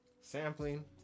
sampling